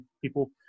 people